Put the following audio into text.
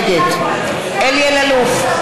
נגד אלי אלאלוף,